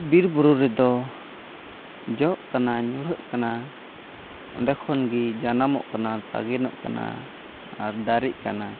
ᱵᱤᱨᱼᱵᱩᱨᱩ ᱨᱮᱫᱚ ᱡᱚᱜ ᱠᱟᱱᱟ ᱧᱩᱨᱦᱟᱹᱜ ᱠᱟᱱᱟ ᱚᱸᱰᱮ ᱠᱷᱚᱱ ᱜᱮ ᱡᱟᱱᱟᱢᱚᱜ ᱠᱟᱱᱟ ᱥᱟᱜᱮᱱᱚᱜ ᱠᱟᱱᱟ ᱟᱨ ᱫᱟᱨᱮᱜ ᱠᱟᱱᱟ